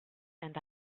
and